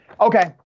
Okay